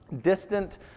distant